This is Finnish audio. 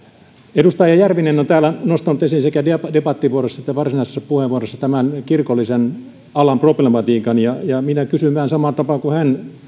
edustaja järvinen on täällä nostanut esiin sekä debattipuheenvuorossa että varsinaisessa puheenvuorossaan tämän kirkollisen alan problematiikan ja ja minä kysyn vähän samaan tapaan kuin hän